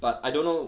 but I don't know